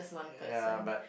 ya but